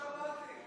לא שמעתי.